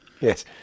Yes